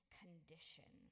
condition